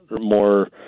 more